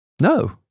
No